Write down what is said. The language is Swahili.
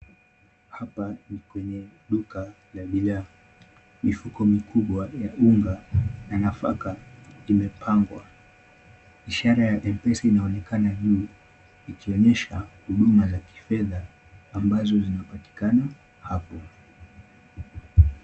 Hapa ni kwenye duka la bidhaa. Mifuko mikubwa ya unga na nafaka imepangwa. Ishara ya mpesa inaonekana humu ikionyesha huduma ya kifedha ambazo zinapatikana hapo.